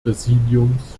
präsidiums